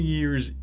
Year's